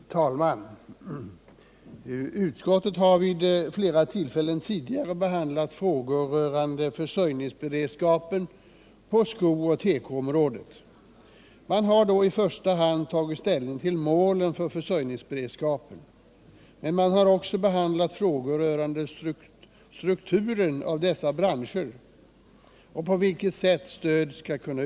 Herr talrnan! Utskottet har vid flera tillfällen tidigare behandlat frågor rörande försörjningsberedskapen på sko och tekoområdet. Man har då i första hand tagit ställning till målen för försörjningsberedskapen, men man har också behandlat frågor rörande strukturen av dessa branscher och på vilket sätt stöd skall utformas.